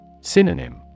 Synonym